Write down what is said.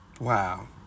Wow